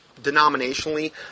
denominationally